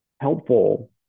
helpful